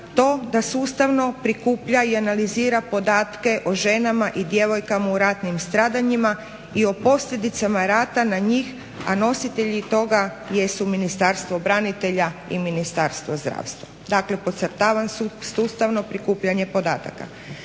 To da sustavno prikuplja i analizira podatke o ženama i djevojkama u ratnim stradanjima i o posljedicama rata na njih, a nositelji toga jesu Ministarstvo branitelja i Ministarstvo zdravstva. Dakle, podcrtavam sustavno prikupljanje podataka.